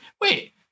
Wait